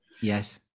Yes